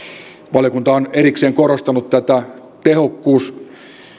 valiokunta on erikseen korostanut tätä tehokkuus